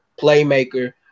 playmaker